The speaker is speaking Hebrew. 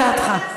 מה הצעתך?